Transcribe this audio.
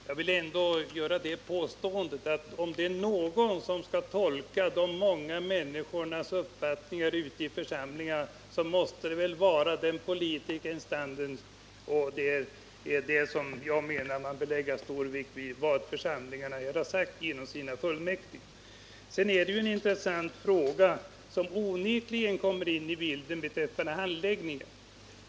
Herr talman! Jag vill ändå påstå att om någon skall kunna tolka de många människornas uppfattning ute i församlingarna, så måste det väl vara den politiska instansen. Det är därför som jag menar att man bör lägga stor vikt vid vad församlingarna har sagt genom sina fullmäktige. En annan intressant fråga som onekligen kommer in i bilden gäller handläggningen.